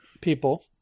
people